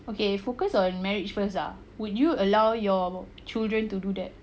okay focus on marriage first ah would you allow your children to do that